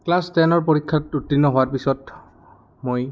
class টেনৰ পৰীক্ষাত উত্তীৰ্ণ হোৱাৰ পিছত মই